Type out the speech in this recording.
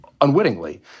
unwittingly